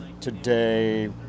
today